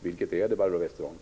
Vilket är det, Barbro Westerholm?